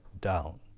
down